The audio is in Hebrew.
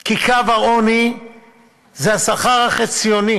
כי קו העוני זה השכר החציוני